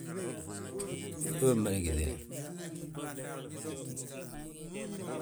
Wee mmada gitile